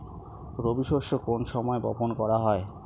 রবি শস্য কোন সময় বপন করা হয়?